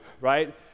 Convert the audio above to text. right